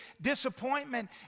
Disappointment